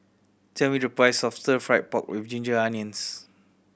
tell me the price of Stir Fried Pork With Ginger Onions